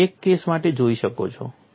તમે એક કેસ માટે જોઈ શકો છો